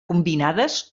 combinades